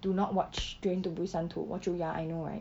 do not watch train to busan two 我就 ya I know right